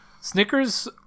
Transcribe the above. Snickers